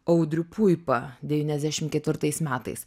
audrių puipą devyniasdešim ketvirtais metais